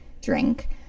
drink